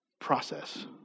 process